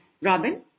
Robin